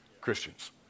Christians